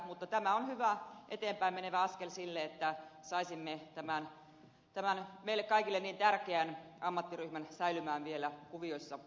mutta tämä on hyvä eteenpäin menevä askel sille että saisimme tämän meille kaikille niin tärkeän ammattiryhmän säilymään vielä kuvioissa mukana